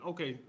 Okay